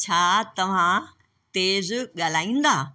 छा तव्हां तेज़ ॻाल्हाईंदा